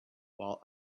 while